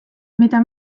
mida